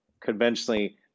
conventionally